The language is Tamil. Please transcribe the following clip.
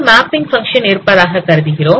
ஒரு மேப்பிங் பங்க்ஷன் இருப்பதாக கருதுகிறோம்